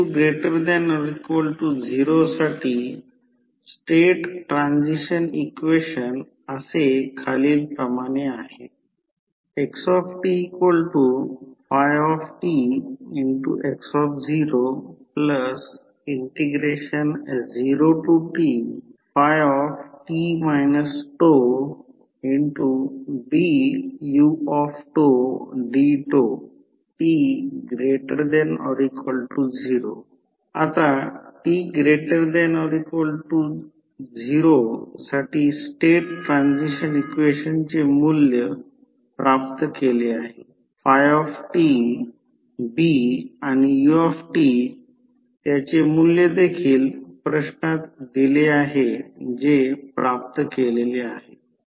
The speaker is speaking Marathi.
आता t≥0 यासाठी स्टेट ट्रान्सिशन इक्वेशन असे खालील प्रमाणे आहे xtφtx00tt τBudτt≥0 आता t≥0 साठी स्टेट ट्रान्सिशन इक्वेशनचे मूल्य आपण प्राप्त केले आहे φt B आणि u त्याचे मूल्य देखील प्रश्नात दिले आहे जे प्राप्त केले आहे